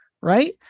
right